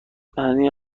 معنی